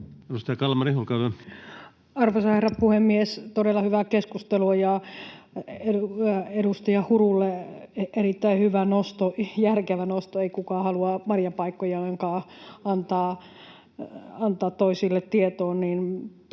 Arvoisa herra puhemies! Todella hyvää keskustelua, ja edustaja Hurulla erittäin hyvä nosto, järkevä nosto. Ei kukaan haluaa marjapaikkojaankaan antaa toisille tietoon.